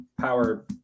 power